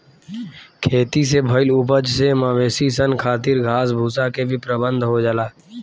खेती से भईल उपज से मवेशी सन खातिर घास भूसा के भी प्रबंध हो जाला